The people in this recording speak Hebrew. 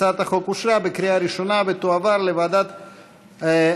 הצעת החוק אושרה בקריאה ראשונה ותועבר לוועדת העבודה,